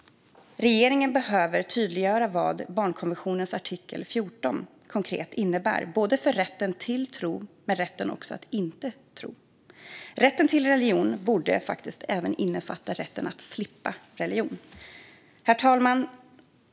Regeringen behöver tydliggöra vad barnkonventionens artikel 14 konkret innebär vad gäller både rätten till tro och rätten att inte tro. Rätten till religion borde även innefatta rätten att slippa religion. Herr talman!